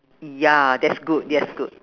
ya that's good that's good